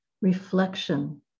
reflection